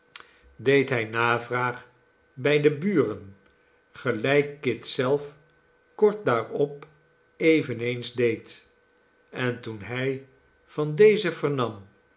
deed hij navraag bij de buren gelijk kit zelf kort daarop eveneens deed en toen hij van deze vernam